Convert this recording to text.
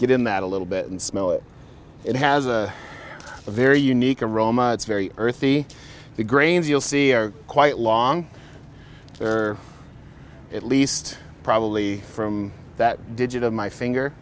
get in that a little bit and smell it it has a very unique aroma it's very earthy the grains you'll see are quite long at least probably from that digit of my finger